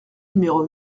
numéro